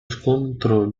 scontro